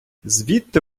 звідти